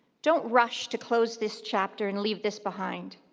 don't rush to close this chapter and leave this behind.